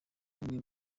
bamwe